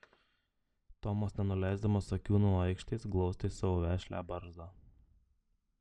tomas nenuleisdamas akių nuo aikštės glostė savo vešlią barzdą